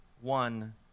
one